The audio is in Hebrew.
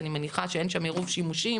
אני מניחה שאין שם עירוב שימושים.